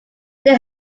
there